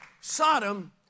Sodom